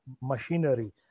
machinery